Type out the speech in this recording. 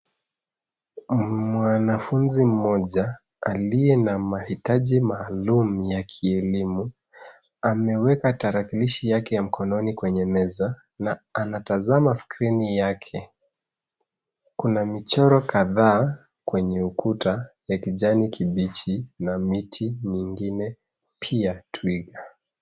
Mwanafunzi mmoja aliye na mahitaji maalum ya kielimu, ameweka tarakilishi yake ya mkononi kwneye meza na anatazama skrini yake. Kuna michoro kahdaa kwenye ukuta ya kijani kibichi na miti mingine, pia twiga.